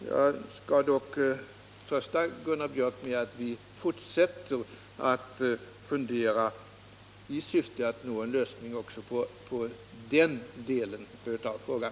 Jag skall dock trösta Gunnar Biörck med att vi fortsätter att fundera i syfte att nå en lösning också på den delen av frågan.